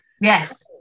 Yes